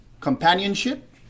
companionship